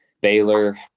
Baylor